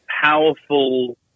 powerful